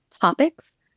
topics